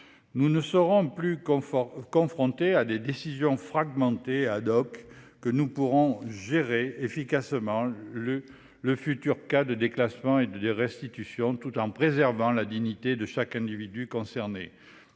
Nous ne serons plus confrontés à des décisions fragmentées et, et nous pourrons gérer efficacement les futurs cas de déclassement et de restitution tout en préservant la dignité de chaque individu concerné.